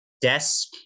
desk